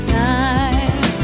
time